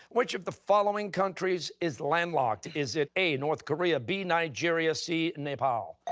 which of the following countries is landlocked? is it a, north korea, b, nigeria, c, nepal?